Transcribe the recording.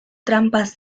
trampas